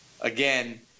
again